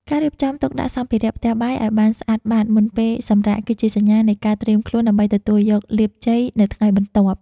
ការរៀបចំទុកដាក់សម្ភារៈផ្ទះបាយឱ្យបានស្អាតបាតមុនពេលសម្រាក គឺជាសញ្ញានៃការត្រៀមខ្លួនដើម្បីទទួលយកលាភជ័យនៅថ្ងៃបន្ទាប់។